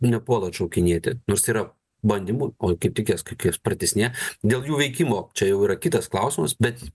nepuola atšaukinėti nors tai yra bandymų o kaip tik jas jas pratęsinėja dėl jų veikimo čia jau yra kitas klausimas bet